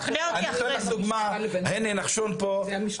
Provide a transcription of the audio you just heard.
נחשון כאן.